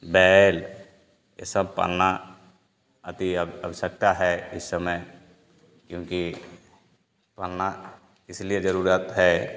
बैल ये सब पालना अति आव आवश्कता है इस समय क्योंकि पालना इसलिए जरूरत है